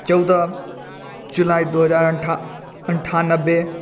चौदह जुलाई दू हजार अनठानबे